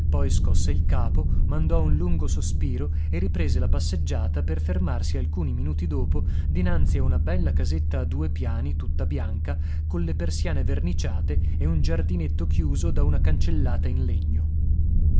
poi scosse il capo mandò un lungo sospiro e riprese la passeggiata per fermarsi alcuni minuti dopo dinanzi a una bella casetta a due piani tutta bianca colle persiane verniciate e un giardinetto chiuso da una cancellata in legno